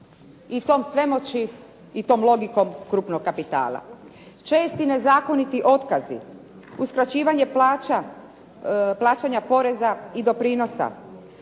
i tom svemoći i tom logikom krupnog kapitala. Česti i nezakoniti otkazi, uskraćivanje plaća, plaćanja poreza i doprinosa,